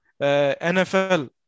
NFL